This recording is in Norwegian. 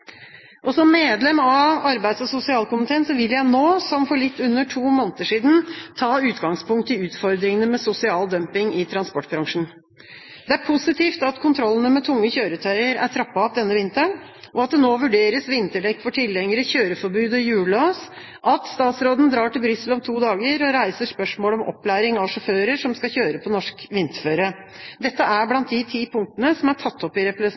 Som medlem av arbeids- og sosialkomiteen vil jeg nå, som for litt under to måneder siden, ta utgangspunkt i utfordringene med sosial dumping i transportbransjen. Det er positivt at kontrollene med tunge kjøretøyer er trappet opp denne vinteren, at det nå vurderes vinterdekk for tilhengere, kjøreforbud og hjullås, og at statsråden drar til Brussel om to dager og reiser spørsmålet om opplæring av sjåfører som skal kjøre på norsk vinterføre. Dette er blant de ti punktene som er tatt opp i